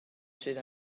sydd